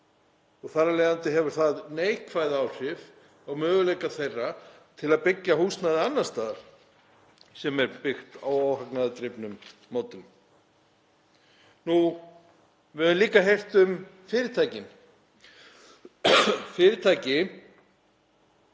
Þar af leiðandi hefur það neikvæð áhrif á möguleika þeirra til að byggja húsnæði annars staðar sem er byggt á óhagnaðardrifnum módelum. Við höfum líka heyrt um fyrirtækin, fyrirtæki